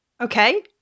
Okay